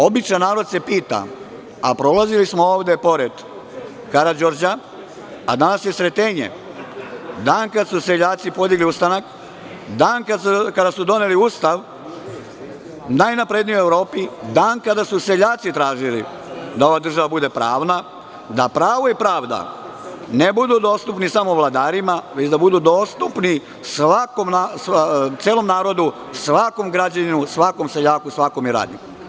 Običan narod se pita, a prolazili smo ovde pored Karađorđa, a danas je Sretenje, dan kada su seljaci podigli ustanak, dan kada su doneli Ustav najnapredniji u Evropi, dan kada su seljaci tražili da ova država bude pravna, da pravo i pravda ne budu dostupni samo vladarima, već da budu dostupni celom narodu, svakom građaninu, svakom seljaku, svakom radniku.